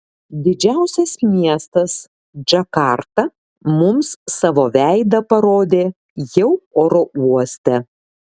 didžiausias miestas džakarta mums savo veidą parodė jau oro uoste